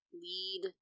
Lead